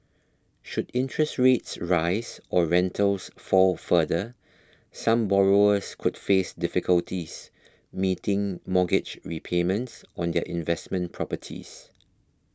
should interest rates rise or rentals fall further some borrowers could face difficulties meeting mortgage repayments on their investment properties